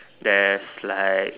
there's like